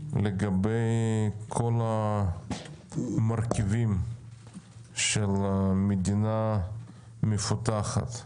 לגבי כל המרכיבים של מדינה מפותחת,